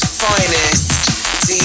finest